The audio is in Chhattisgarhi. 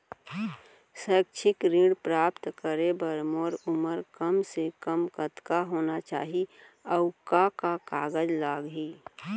शैक्षिक ऋण प्राप्त करे बर मोर उमर कम से कम कतका होना चाहि, अऊ का का कागज लागही?